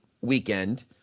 weekend